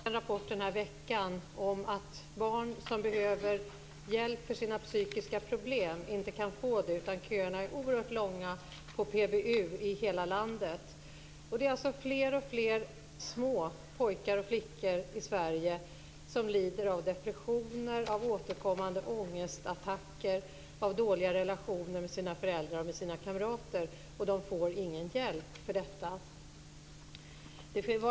Fru talman! Det har kommit en rapport den här veckan om att barn som behöver hjälp för sina psykiska problem inte kan få det. Köerna är oerhört långa på PBU i hela landet. Fler och fler små pojkar och flickor i Sverige lider av depressioner, återkommande ångestattacker och dåliga relationer till sina föräldrar och kamrater, och de får ingen hjälp för detta.